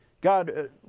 God